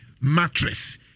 mattress